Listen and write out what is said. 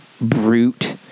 brute